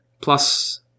Plus